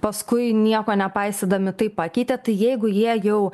paskui nieko nepaisydami tai pakeitė tai jeigu jie jau